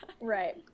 right